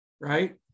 right